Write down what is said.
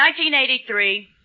1983